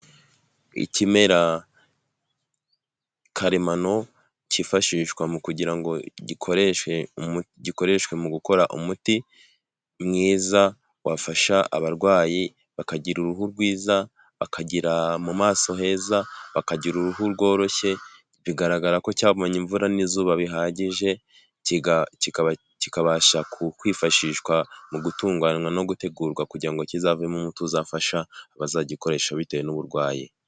Ikimera karemano kifashishwa mu kugira ngo gikoreshwe mu gukora umuti mwiza wafasha abarwayi bakagira uruhu rwiza ,bakagira mu maso heza ,bakagira uruhu rworoshye bigaragara ko cyabonye imvura n'izuba bihagije kikabasha kwifashishwa mu gutunganywa no gutegurwa kugira ngo kizavemo umuti uzafasha abazagikoresha bitewe n'uburwayi.